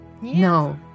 No